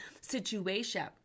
situation